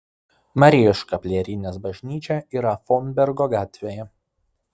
marijos škaplierinės bažnyčia yra fonbergo gatvėje